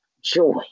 joy